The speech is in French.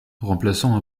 remplaçant